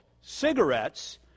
cigarettes